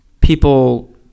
people